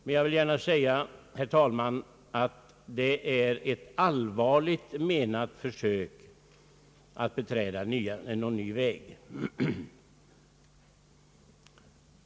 Men jag vill gärna säga, herr talman, att det är ett allvarligt menat försök att beträda en ny väg.